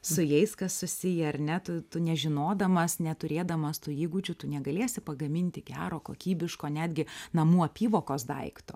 su jais kas susiję ar ne tu tu nežinodamas neturėdamas tų įgūdžių tu negalėsi pagaminti gero kokybiško netgi namų apyvokos daikto